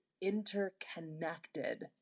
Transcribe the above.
interconnected